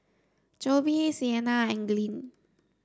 Jobe Sienna and Glynn